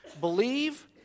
Believe